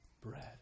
bread